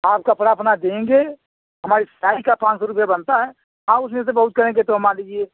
आप कपड़ा अपना देंगे हमारी सिलाई का पाँच सौ रुपये बनता है हाँ उसमें से बहुत करेंगे तो मान लीजिए